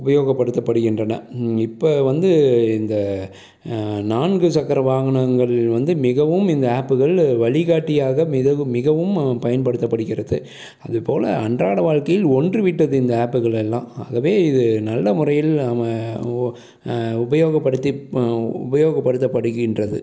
உபயோகப்படுத்தப்படுகின்றன இப்போ வந்து இந்த நான்கு சக்கர வாகனங்கள் வந்து மிகவும் இந்த ஆப்புகள் வழிகாட்டியாக மிதவும் மிகவும் பயன்படுத்தப்படுகிறது அதுப் போல் அன்றாடம் வாழ்க்கையில் ஒன்றி விட்டது இந்த ஆப்புகள்ளெல்லாம் ஆகவே இது நல்ல முறையில் நாம் ஓ உபயோகப்படுத்தி உபயோகப்படுத்தப்படுகின்றது